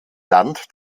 land